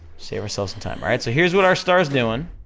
save ourselves some time, alright? so here's what our star's doing,